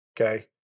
Okay